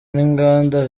n’inganda